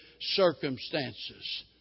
circumstances